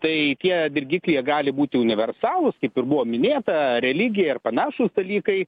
tai tie dirgikliai jie gali būti universalūs kaip ir buvo minėta religija ir panašūs dalykai